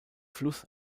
fluss